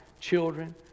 children